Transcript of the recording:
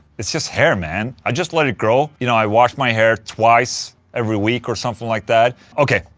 it's just hair man, i just let it grow. you know, i wash my hair twice every week or something like that. okay,